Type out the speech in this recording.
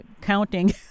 counting